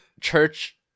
church